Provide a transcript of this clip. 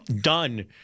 done